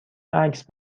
عکس